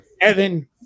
Evan –